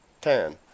ten